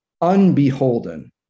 unbeholden